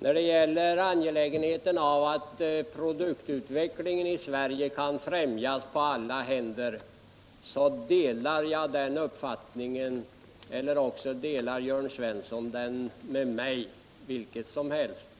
När det gäller angelägenheten av att produktutvecklingen i Sverige kan främjas på alla händer delar jag Jörn Svenssons uppfattning, eller också delar Jörn Svensson min — vilket som helst.